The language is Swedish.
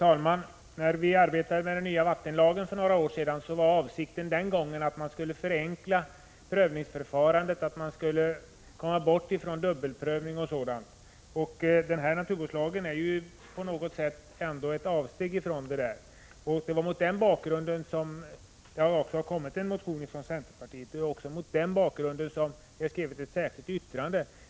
Herr talman! När vi för några år sedan arbetade med den nya vattenlagen var avsikten att förenkla prövningsförfarandet för att komma bort från dubbelprövning och sådant. Den här ändringen av naturvårdslagen är på sätt och vis ett avsteg från denna princip. Det är mot den bakgrunden det har kommit en motion från centerpartiet, och det är också mot den bakgrunden vi har skrivit ett särskilt yttrande.